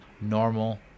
normal